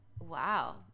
Wow